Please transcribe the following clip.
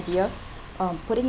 idea um putting it